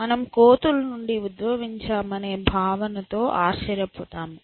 మనము కోతుల నుండి ఉద్భవించామనే భావనతో ఆశ్చర్యపోతాము